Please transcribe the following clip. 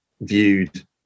viewed